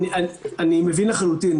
אני מבין לחלוטין.